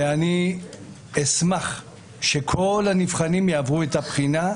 ואני אשמח שכל הנבחנים יעברו את הבחינה,